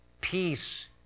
peace